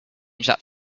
strange